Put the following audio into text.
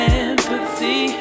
empathy